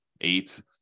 eight